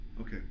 Okay